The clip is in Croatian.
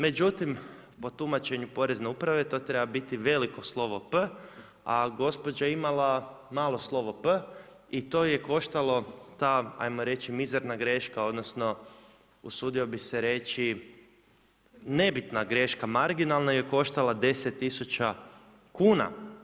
Međutim po tumačenju porezne uprave to treba biti veliko slovo P, a gospođa je imala malo slovo „p“ i to ju je koštalo, ta ajmo reći mizerna greška, odnosno usudio bih se reći nebitna greška marginalna ju je koštala 10 tisuća kuna.